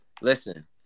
Listen